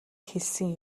хэлсэн